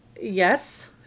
yes